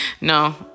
No